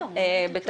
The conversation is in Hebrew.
שנית,